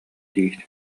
диир